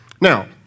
Now